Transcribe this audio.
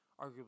arguably